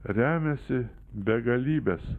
remiasi begalybės